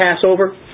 Passover